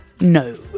No